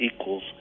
equals